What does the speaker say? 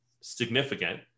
significant